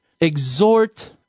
exhort